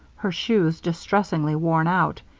her shoes distressingly worn out,